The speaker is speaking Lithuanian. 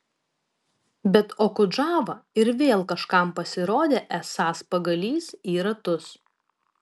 bet okudžava ir vėl kažkam pasirodė esąs pagalys į ratus